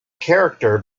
character